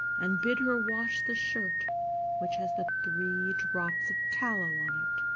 and bid her wash the shirt which has the three drops of tallow on it.